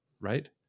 right